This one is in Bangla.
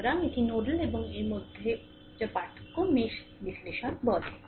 সুতরাং এটি নোডাল এবং r এর মধ্যে পার্থক্য যা মেশ বিশ্লেষণ বলে